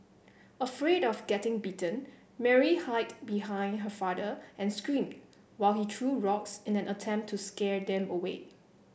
afraid of getting bitten Mary hide behind her father and screamed while he threw rocks in an attempt to scare them away